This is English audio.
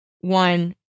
One